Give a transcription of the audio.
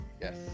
yes